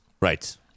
right